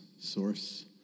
source